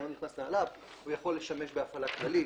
אני לא נכנס לנעליו - הוא יכול לשמש בהפעלה כללית,